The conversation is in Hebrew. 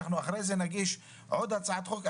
אחרי זה נגיש עוד הצעת חוק.